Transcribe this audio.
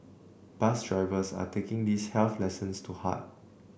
bus drivers are taking these health lessons to heart